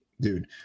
Dude